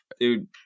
dude